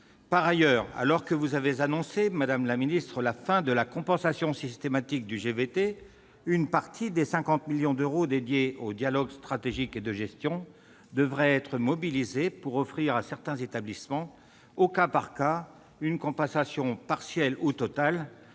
Par ailleurs, alors que vous avez annoncé la fin de la compensation systématique du GVT, une partie des 50 millions d'euros dédiés au dialogue stratégique et de gestion devrait être mobilisée pour octroyer à certains établissements, au cas par cas, une compensation partielle ou totale.